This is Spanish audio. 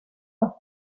los